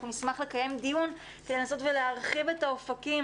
אנחנו נשמח לקיים דיון כדי לנסות להרחיב את האופקים.